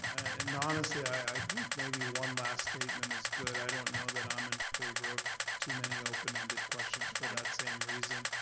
and honestly, i think maybe one last statement is good. i don't know that i'm in favor of too many open-ended questions for that same reason.